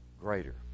greater